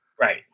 Right